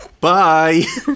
Bye